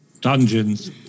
dungeons